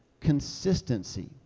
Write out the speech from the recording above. consistency